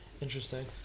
Interesting